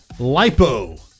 lipo